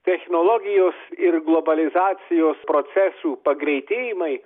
technologijos ir globalizacijos procesų pagreitėjimai